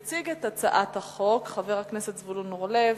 יציג את הצעת החוק חבר הכנסת זבולון אורלב.